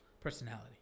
personality